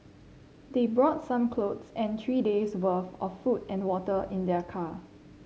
they brought some clothes and three days' worth of food and water in their car